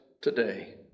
today